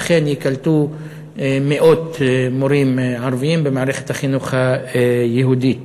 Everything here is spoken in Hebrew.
ואכן ייקלטו מאות מורים ערבים במערכת החינוך היהודית.